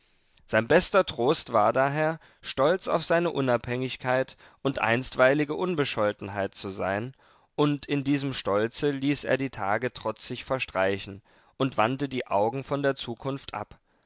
sein bester trost war daher stolz auf seine unabhängigkeit und einstweilige unbescholtenheit zu sein und in diesem stolze ließ er die tage trotzig verstreichen und wandte die augen von der zukunft ab